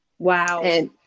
Wow